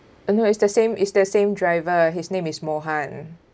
oh no is the same is the same driver his name is mohan